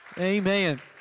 Amen